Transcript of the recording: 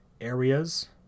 areas